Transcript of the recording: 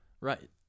Right